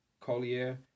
Collier